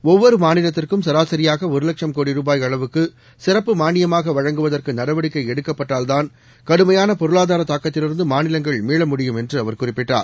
ஒவ்வொருமாநிலத்திற்கும் சராசரியாகஒருலட்சம் கோடி அளவுக்குசிறப்பு ருபாய் மானியமாகவழங்குவதற்குநடவடிக்கைஎடுக்கப்பட்டால்தான் கடுமையானபொருளாதாரதாக்கத்திலிருந்துமாநிலங்கள் மீளமுடியும் என்றுஅவர் குறிப்பிட்டுள்ளார்